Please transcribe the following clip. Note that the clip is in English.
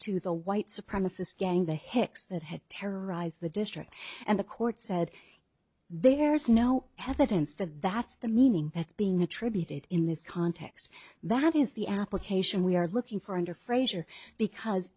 to the white supremacist gang the hicks that had terrorized the district and the court said there is no evidence that that's the meaning that's being attributed in this context that is the application we are looking for under frazier because